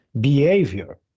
behavior